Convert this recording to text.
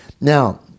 now